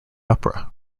opera